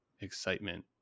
excitement